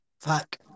Fuck